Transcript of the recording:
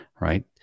right